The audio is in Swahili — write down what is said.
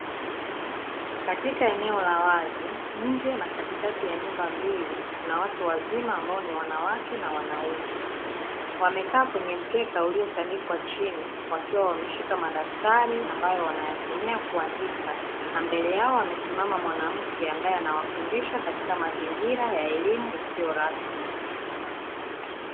Katika eneo la wazi nje na katikati ya nyumba mbili, kuna watu wazima ambao ni wanawake na wanaume wamekaa kwenye mkeka uliotandikwa chini, wakiwa wameshika madaftari wanayoyatumia kuandika na mbele yao kukiwa na mwanamke ayewafundisha katika mazingira yasio rasmi.